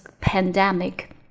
pandemic